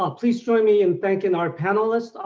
ah please join me in thanking our panelists,